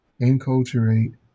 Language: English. enculturate